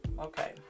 Okay